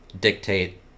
dictate